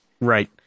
Right